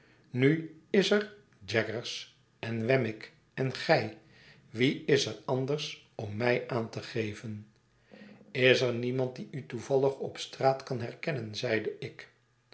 nu is er jaggers en wemmick en gij wie is er anders om mij aan te geven is er niemand die u toevallig op straat lean herkennen zeide ik